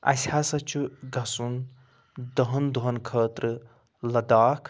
اسہِ ہَسا چھُ گَژھُن دٔہَن دۄہَن خٲطرٕ لَداخ